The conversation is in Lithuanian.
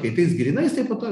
kai tais grynais tai po to